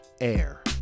Air